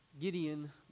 Gideon